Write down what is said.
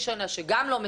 שגם לא מספק